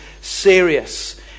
serious